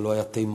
ולא היה תימן,